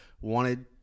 wanted